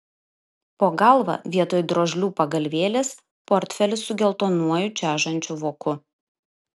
po galva vietoj drožlių pagalvėlės portfelis su geltonuoju čežančiu voku